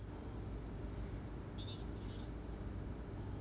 okay